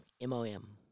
M-O-M